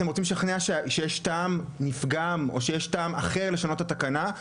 אתם רוצים לשכנע שיש טעם לפגם או טעם אחר לשנות את התקנה?